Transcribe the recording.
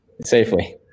Safely